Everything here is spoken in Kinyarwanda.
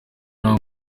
nta